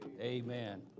amen